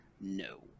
No